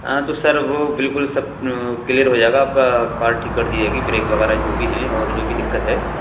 ہاں تو سر وہ بالکل سب کلیئر ہو جائے گا آپ کا کار ٹھیک کر دی جا گی بریک وغیرہ جو بھی ہیں اور جو بھی دقت ہے